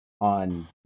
on